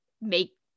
make